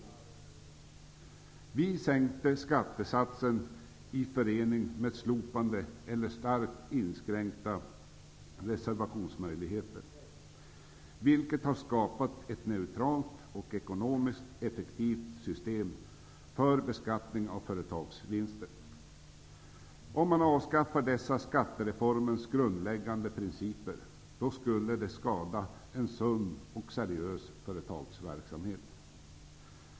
Vi sänkte skattesatsen i förening med slopade eller starkt inskränkta reserveringsmöjligheter. Det har skapat ett neutralt och ekonomiskt effektivt system för beskattning av företagsvinster. Om man avskaffar dessa skattereformens grundläggande principer skulle det skada en sund och seriös företagsverksamhet.